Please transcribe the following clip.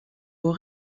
aux